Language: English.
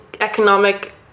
economic